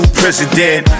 president